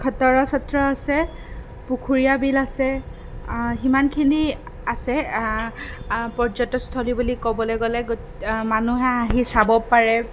খতৰা সত্ৰ আছে পুখুৰীয়া বিল আছে সিমানখিনি আছে পৰ্যটকস্থলী বুলি ক'বলৈ গ'লে মানুহে আহি চাব পাৰে